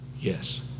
Yes